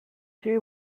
three